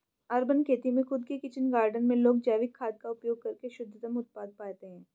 urban खेती में खुद के किचन गार्डन में लोग जैविक खाद का उपयोग करके शुद्धतम उत्पाद पाते हैं